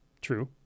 true